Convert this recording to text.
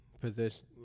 position